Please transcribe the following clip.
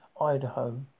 Idaho